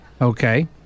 okay